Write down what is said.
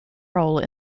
role